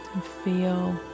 Feel